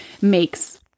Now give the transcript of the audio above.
makes